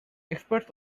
experts